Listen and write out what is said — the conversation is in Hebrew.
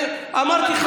אמרתי.